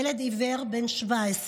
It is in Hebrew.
ילד עיוור בן 17,